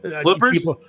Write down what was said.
Flippers